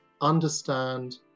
understand